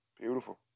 Beautiful